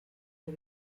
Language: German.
der